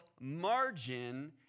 margin